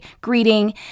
greeting